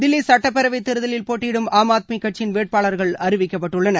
தில்லி சட்டப்பேரவை தேர்தலில் போட்டியிடும் ஆம் ஆத்மி கட்சியின் வேட்பாளர்கள் அறிவிக்கப்பட்டுள்ளனர்